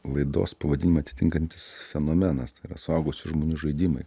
laidos pavadinimą atitinkantis fenomenas tai yra suaugusių žmonių žaidimai